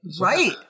Right